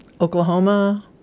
Oklahoma